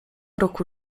roku